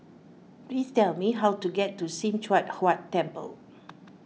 please tell me how to get to Sim Choon Huat Temple